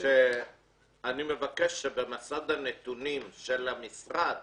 אני מבקש שבמסד הנתונים של המשרד